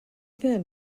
then